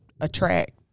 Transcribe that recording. attract